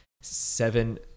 seven